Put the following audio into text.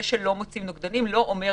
זה שלא מוצאים נוגדנים זה לא אומר